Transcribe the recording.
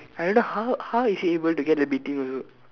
I wonder how how is he able to get the beating also